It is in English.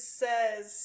says